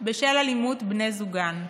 בשל אלימות בני זוגן.